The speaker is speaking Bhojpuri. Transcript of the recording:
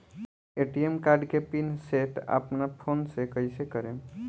ए.टी.एम कार्ड के पिन सेट अपना फोन से कइसे करेम?